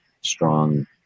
strong